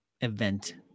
event